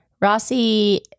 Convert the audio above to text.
Rossi